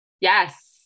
Yes